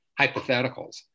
hypotheticals